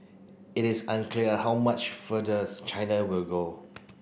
it is unclear how much further China will go